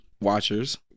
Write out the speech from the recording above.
watchers